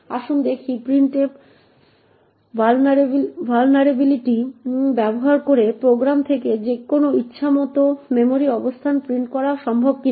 আসুন দেখি printf vulnerability ব্যবহার করে প্রোগ্রাম থেকে যেকোনো ইচ্ছামত মেমরি অবস্থান প্রিন্ট করা সম্ভব কিনা